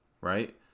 right